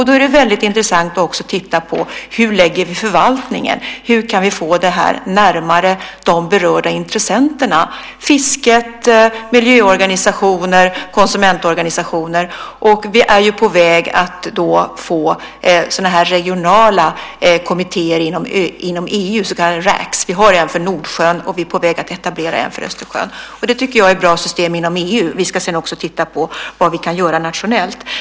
Då är det väldigt intressant att också titta på hur vi lägger upp förvaltningen, hur vi kan få det här närmare de berörda intressenterna - fisket, miljöorganisationer och konsumentorganisationer. Vi är på väg att få regionala kommittéer inom EU, så kallade rags . Vi har en för Nordsjön, och vi är på väg att etablera en för Östersjön. Det tycker jag är ett bra system inom EU. Vi ska sedan titta på vad vi kan göra nationellt.